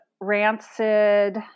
Rancid